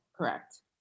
Correct